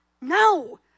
No